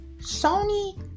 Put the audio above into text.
Sony